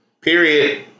Period